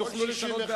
יוכלו לשנות בעתיד.